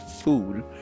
food